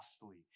costly